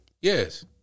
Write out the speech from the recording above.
Yes